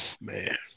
man